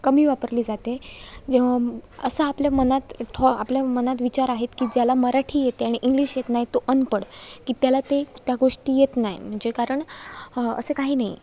कमी वापरली जाते जेव्हा असं आपल्या मनात ठॉ आपल्या मनात विचार आहेत की ज्याला मराठी येते आणि इंग्लिश येत नाही तो अनपढ की त्याला ते त्या गोष्टी येत नाही म्हणजे कारण असं काही नाही